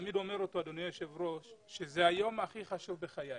הוא היום הכי חשוב בחיי.